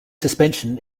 suspension